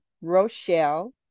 Rochelle